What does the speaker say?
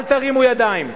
אל תרימו ידיים,